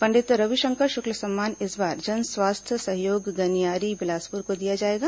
पंडित रविशंकर शुक्ल सम्मान इस बार जन स्वास्थ्य सहयोग गनियारी बिलासपुर को दिया जाएगा